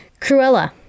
Cruella